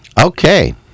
Okay